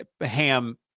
ham